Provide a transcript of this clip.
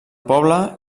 poble